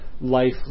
life